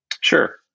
Sure